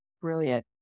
Brilliant